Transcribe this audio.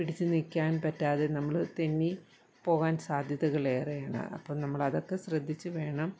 പിടിച്ചു നിൽക്കാൻ പറ്റാതെ നമ്മൾ തെന്നി പോകാൻ സാദ്ധ്യതകൾ ഏറെയാണ് അപ്പോൾ നമ്മളതൊക്കെ ശ്രദ്ധിച്ചുവേണം